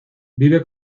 vive